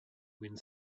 wind